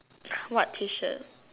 what T shirt